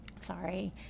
Sorry